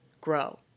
grow